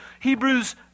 Hebrews